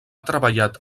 treballat